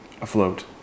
afloat